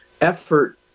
effort